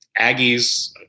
Aggies